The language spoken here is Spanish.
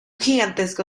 gigantesco